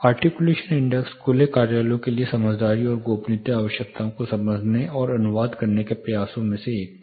articulation index खुले कार्यालयों के लिए समझदारी और गोपनीयता आवश्यकताओं को समझने और अनुवाद करने के प्रयासों में से एक था